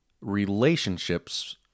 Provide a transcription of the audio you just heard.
relationships